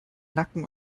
nacken